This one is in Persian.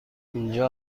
اینجا